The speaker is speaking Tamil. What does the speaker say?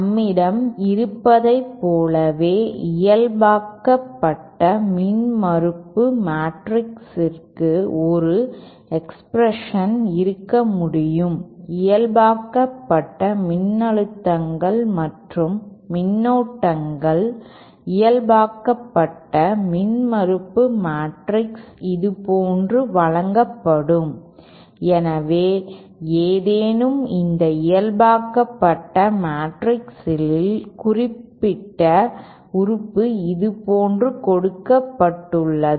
நம்மிடம் இருப்பதைப் போலவே இயல்பாக்கப்பட்ட மின்மறுப்பு மேட்ரிக்ஸிற்கும் ஒரு எக்ஸ்பிரஷன் இருக்க முடியும் இயல்பாக்கப்பட்ட மின்னழுத்தங்கள் மற்றும் மின்னோட்டங்கள் இயல்பாக்கப்பட்ட மின்மறுப்பு மேட்ரிக்ஸ் இதுபோன்று வழங்கப்படும் எனவே ஏதேனும் இந்த இயல்பாக்கப்பட்ட மேட்ரிக்ஸில் குறிப்பிட்ட உறுப்பு இதுபோன்று கொடுக்கப்பட்டுள்ளது